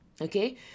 Okay